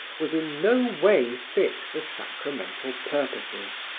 was in no way fit for sacramental purposes.